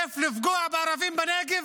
איך לפגוע בערבים בנגב,